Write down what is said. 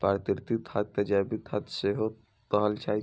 प्राकृतिक खाद कें जैविक खाद सेहो कहल जाइ छै